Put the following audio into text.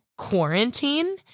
quarantine